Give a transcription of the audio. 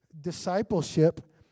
discipleship